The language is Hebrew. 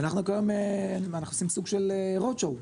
אנחנו כיום עושים סוג של "רוד שואו",